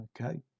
Okay